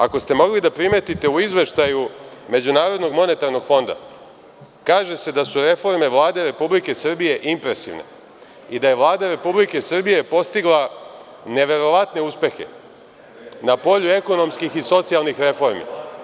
Ako ste mogli da primetite u izveštaju MMF-a, kaže se da su reforme Vlade Republike Srbije impresivne i da je Vlada Republike Srbije postigla neverovatne uspehe na polju ekonomskih i socijalnih reformi.